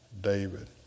David